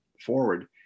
forward